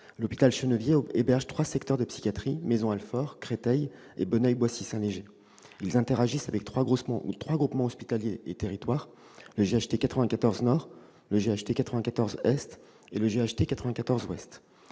l'hôpital Chenevier héberge trois secteurs de psychiatrie : Maisons-Alfort, Créteil et Bonneuil-Boissy-Saint-Léger. Ces secteurs interagissent avec trois groupements hospitaliers de territoire : le GHT 94 Nord, le GHT 94 Est et le GHT 94 Ouest.